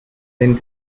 den